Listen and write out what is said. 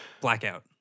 Blackout